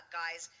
guys –